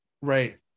right